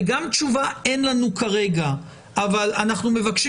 גם תשובה האומרת שאין לנו כרגע אבל אנחנו מבקשים